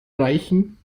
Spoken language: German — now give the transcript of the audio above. reichen